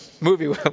movie